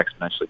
exponentially